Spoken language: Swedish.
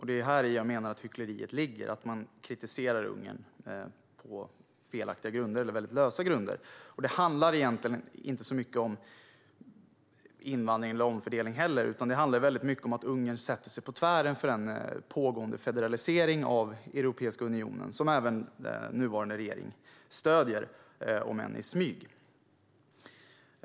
Det är häri jag menar att hyckleriet ligger, det vill säga att man kritiserar Ungern på felaktiga eller lösa grunder. Det handlar egentligen inte så mycket om invandring eller omfördelning, utan det handlar om att Ungern sätter sig på tvären för en pågående federalisering av Europeiska unionen - som även nuvarande regering stöder, om än i smyg.